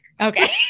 Okay